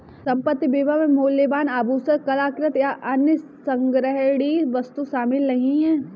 संपत्ति बीमा में मूल्यवान आभूषण, कलाकृति, या अन्य संग्रहणीय वस्तुएं शामिल नहीं हैं